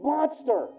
Monster